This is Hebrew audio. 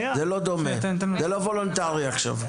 זה לא וולונטרי עכשיו.